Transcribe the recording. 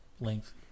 length